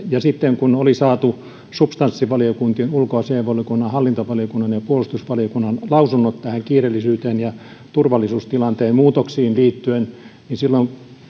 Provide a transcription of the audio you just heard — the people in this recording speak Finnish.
kiireellisyyteen ja sitten kun oli saatu substanssivaliokuntien ulkoasiainvaliokunnan hallintovaliokunnan ja puolustusvaliokunnan lausunnot kiireellisyyteen ja turvallisuustilanteen muutoksiin liittyen